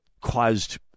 caused